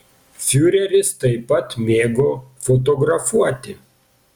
fiureris taip pat mėgo fotografuoti